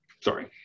Sorry